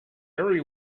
very